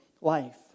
life